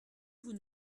vous